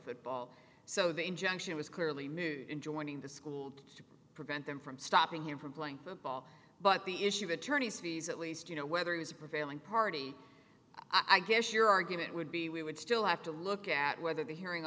football so the injunction was clearly moot in joining the school to prevent them from stopping him from playing football but the issue of attorney's fees at least you know whether he's a prevailing party i guess your argument would be we would still have to look at whether the hearing